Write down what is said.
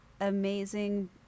amazing